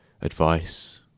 advice